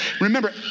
Remember